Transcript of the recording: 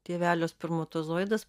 tėvelio spermatozoidas